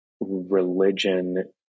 religion